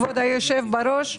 כבוד היושב בראש,